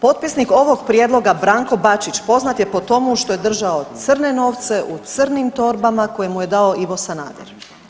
Potpisnik ovog prijedloga Branko Bačić poznat je po tomu što je držao crne novce u crnim torbama koje mu je dao Ivo Sanader.